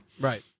Right